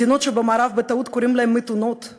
מדינות שבמערב בטעות קוראים להן "מתונות";